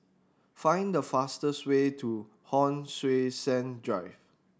find the fastest way to Hon Sui Sen Drive